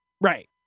Right